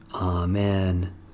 Amen